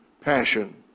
passion